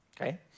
Okay